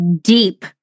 deep